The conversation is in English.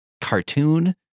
cartoon